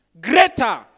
greater